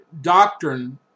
doctrine